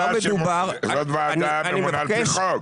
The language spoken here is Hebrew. הוועדה ממונה על פי חוק.